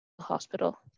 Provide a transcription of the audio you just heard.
hospital